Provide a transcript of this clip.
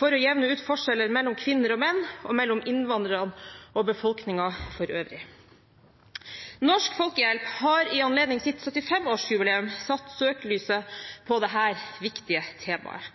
for å jevne ut forskjeller mellom kvinner og menn og mellom innvandrerne og befolkningen for øvrig. Norsk Folkehjelp har i anledning sitt 75-årsjubileum satt søkelyset på dette viktige temaet.